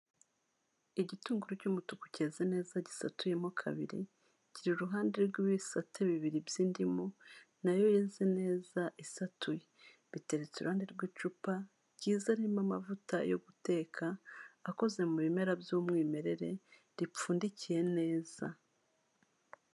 Igitunguru cy'umutuku cyeze neza gisatuyemo kabiri kiri iruhande rw'ibisate bibiri by'indimu nayo yeze neza isatuye biteretse iruhande rw'icupa ryiza ririmo amavuta yo guteka akoze mu bimera by'umwimerere ripfundikiye neza.